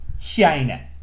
China